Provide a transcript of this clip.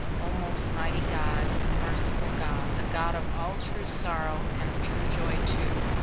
o most mighty god, and merciful god, the god of all true sorrow, and true joy too,